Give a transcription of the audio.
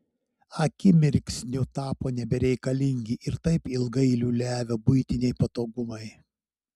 akimirksniu tapo nebereikalingi ir taip ilgai liūliavę buitiniai patogumai